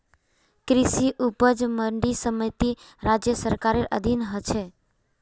कृषि उपज मंडी समिति राज्य सरकारेर अधीन ह छेक